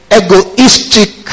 egoistic